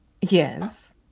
Yes